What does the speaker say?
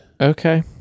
Okay